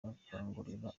akangurira